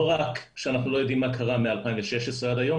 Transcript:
לא רק שאנחנו לא יודעים מה קרה מ-2016 עד היום,